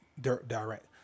direct